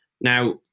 Now